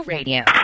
Radio